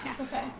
Okay